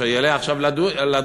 כשיעלה עכשיו לדוכן,